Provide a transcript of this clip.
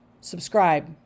subscribe